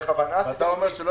יוני 2021 זה הוראות הקורונה